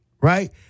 right